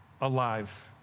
alive